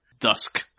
dusk